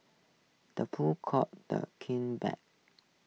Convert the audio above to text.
the pool calls the king black